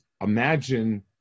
imagine